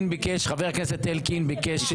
חבר הכנסת ביקש,